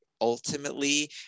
ultimately